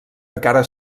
encara